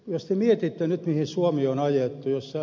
jos te mietitte nyt mihin suomi on ajettu ed